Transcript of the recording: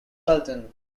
fulton